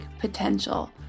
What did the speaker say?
potential